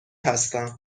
هستم